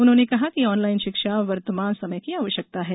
उन्होंने कहा कि ऑनलाईन शिक्षा वर्तमान समय की आवश्यकता है